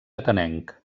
atenenc